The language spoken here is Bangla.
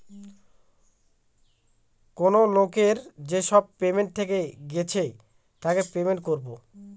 কেনো লোকের যেসব পেমেন্ট থেকে গেছে তাকে পেমেন্ট করবো